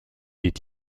est